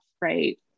right